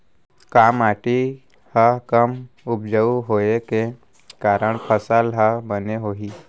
का माटी हा कम उपजाऊ होये के कारण फसल हा बने होही?